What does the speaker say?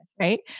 right